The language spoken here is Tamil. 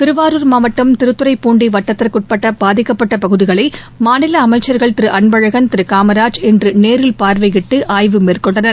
திருவாரூர் மாவட்டம் திருத்துறைப்பூண்டி வட்டத்திற்குட்பட்ட பாதிக்கப்பட்ட பகுதிளை மாநில அமைச்சர்கள் திரு திரு காமராஜ் இன்று நேரில் பார்வையிட்டு ஆய்வு மேற்கொண்டனர்